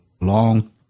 long